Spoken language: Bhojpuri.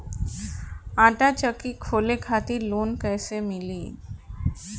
आटा चक्की खोले खातिर लोन कैसे मिली?